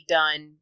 done